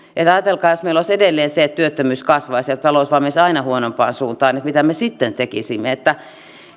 ajatelkaa jos meillä olisi edelleen se että työttömyys kasvaisi ja talous vain menisi aina huonompaan suuntaan mitä me sitten tekisimme